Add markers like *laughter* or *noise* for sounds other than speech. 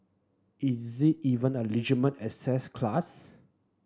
is it even a *unintelligible* asset class